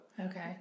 Okay